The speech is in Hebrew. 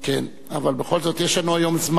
אבל בכל זאת יש לנו היום זמן מוגבל.